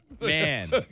Man